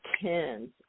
tens